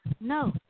No